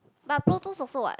but Protos also what